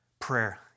prayer